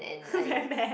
damn bad